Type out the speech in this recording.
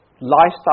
lifestyle